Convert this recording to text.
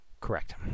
Correct